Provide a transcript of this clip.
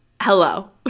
hello